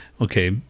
Okay